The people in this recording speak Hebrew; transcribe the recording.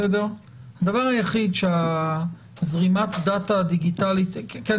הדבר היחיד שזרימת הדאטה הדיגיטלית כי אני